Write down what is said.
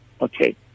Okay